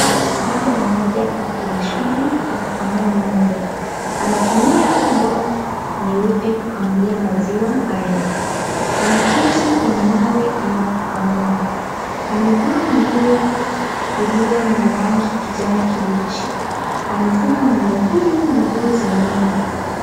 Baba mmoja ako kwenye shughuli ya kukamua ng'ombe. Anatumia ndoo nyeupe kukamulia maziwa haya. Ameketi kwenye mawe anapokamua. Amevaa nguo iliyo ni ya rangi kijani kibichi. Amefunga ng'ombe huyu miguu za nyuma.